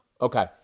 Okay